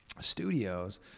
studios